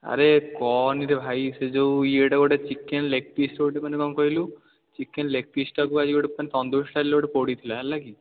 ଆରେ କୁହନିରେ ଭାଇ ସେ ଯେଉଁ ଇଏଡ଼େ ଗୋଟେ ଚିକେନ୍ ଲେଗ୍ ପିସ୍ ଗୋଟେ ମାନେ କ'ଣ କହିଲୁ ଚିକେନ୍ ଲେଗ୍ପିସ୍ଟାକୁ ଆଜି ଗୋଟେ ଆଜି ତନ୍ଦୁରି ସ୍ଟାଇଲ୍ରେ ଗୋଟେ ପୋଡ଼ିଥିଲା ହେଲା କି